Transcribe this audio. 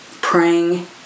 praying